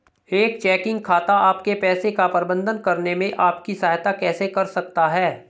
एक चेकिंग खाता आपके पैसे का प्रबंधन करने में आपकी सहायता कैसे कर सकता है?